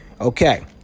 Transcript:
okay